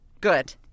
Good